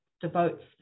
devotes